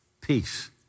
peace